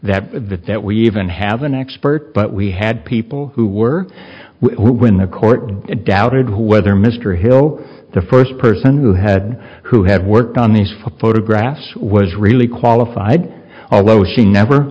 essential that that we even have an expert but we had people who were when the court doubted whether mr hill the first person who had who had worked on these photographs was really qualified although she never